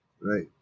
Right